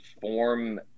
form